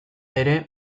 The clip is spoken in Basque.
ere